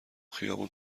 خیابون